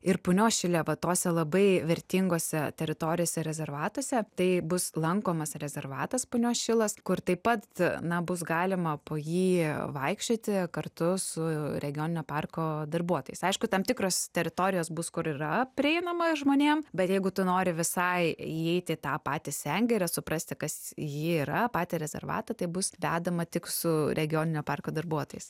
ir punios šile va tose labai vertingose teritorijose rezervatuose tai bus lankomas rezervatas punios šilas kur taip pat na bus galima po jį vaikščioti kartu su regioninio parko darbuotojais aišku tam tikros teritorijos bus kur yra prieinama žmonėm bet jeigu tu nori visai įeiti į tą patį sengirę suprasti kas ji yra patį rezervatą tai bus vedama tik su regioninio parko darbuotojais